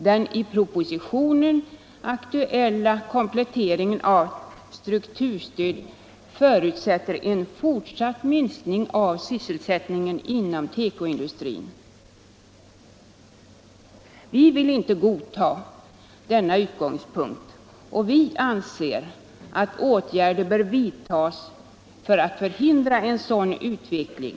Den i propositionen aktuella kompletteringen av strukturstödet förutsätter en fortsatt minskning av sysselsättningen inom tekoindustrin. Vi vill inte godta denna utgångspunkt och anser att åtgärder bör vidtas för att förhindra — Nr 42 en sådan utveckling.